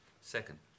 Second